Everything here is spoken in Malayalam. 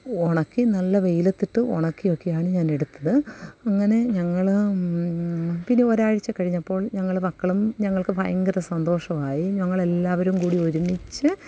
ഉണക്കി നല്ല വെയിലത്തിട്ട് ഉണക്കിയൊക്കെയാണ് ഞാനെടുത്തത് അങ്ങനെ ഞങ്ങള് പിന്നെ ഒരാഴ്ച കഴിഞ്ഞപ്പോൾ ഞങ്ങള് മക്കളും ഞങ്ങൾക്ക് ഭയങ്കര സന്തോഷമായി ഞങ്ങളെല്ലാവരും കൂടി ഒരുമിച്ച്